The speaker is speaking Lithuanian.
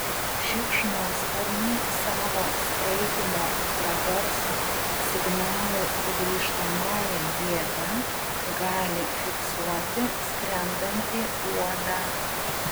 šikšnosparniai savo skraidymo ultragarso signalų sugrįžtamąja jėga gali fiksuoti skrendantį uodą